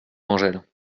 angèle